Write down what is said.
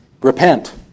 repent